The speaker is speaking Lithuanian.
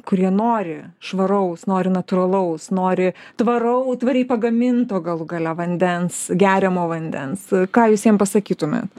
kurie nori švaraus nori natūralaus nori tvarau tvariai pagaminto galų gale vandens geriamo vandens ką jūs jiem pasakytumėt